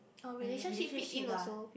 oh relationship fits in also